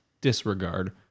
disregard